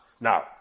Now